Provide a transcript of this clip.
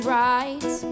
right